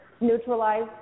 neutralize